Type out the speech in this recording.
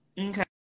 Okay